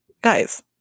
guys